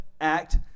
act